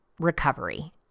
recovery